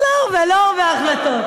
לא הרבה, לא הרבה החלטות.